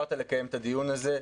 שאישרת לקיים את הדיון הזה.